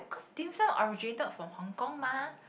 cause dim-sum originated from Hong-Kong mah